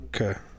Okay